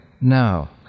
now